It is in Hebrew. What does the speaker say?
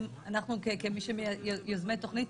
כמי שיוזמים תוכנית,